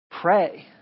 pray